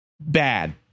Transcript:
Bad